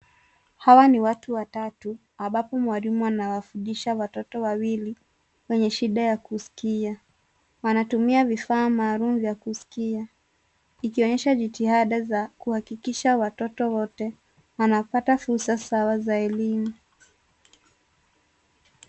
Hawa ni watu watatu ambapo mwalimu anawafundisha watoto wawili wenye shida ya kusikia .Wanatumia vifaa maalum vya kusikia ikionyesha jitihada za kuhakikisha watoto wote wanapata fursa sawa za elimu.